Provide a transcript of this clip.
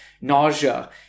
nausea